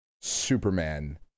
Superman